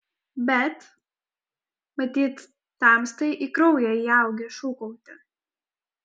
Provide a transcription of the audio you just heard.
bet matyt tamstai į kraują įaugę šūkauti